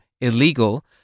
illegal